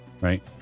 right